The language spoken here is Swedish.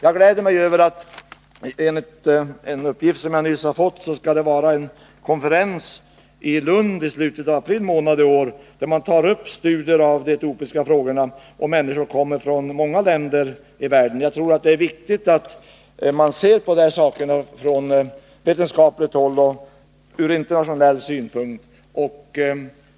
Jag gläder mig åt att, enligt en uppgift som jag nyss har fått, en konferens skall äga rum i Lund i slutet av april månad i år, där man skall studera de etiopiska frågorna och dit människor kommer från många länder i världen. Jag tror att det är viktigt att man från vetenskapligt håll ser på de här sakerna och tar upp dem från internationell synpunkt.